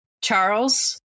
Charles